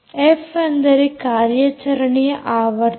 F ಅಂದರೆ ಕಾರ್ಯಾಚರಣೆಯ ಆವರ್ತನ